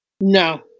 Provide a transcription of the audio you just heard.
No